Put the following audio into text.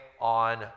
on